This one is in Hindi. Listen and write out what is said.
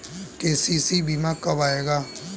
के.सी.सी बीमा कब आएगा?